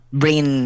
brain